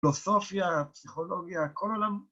פילוסופיה, פסיכולוגיה, כל עולם...